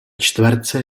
čtverce